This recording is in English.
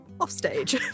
Offstage